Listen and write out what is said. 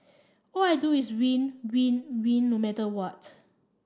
all I do is win win win no matter what